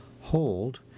Hold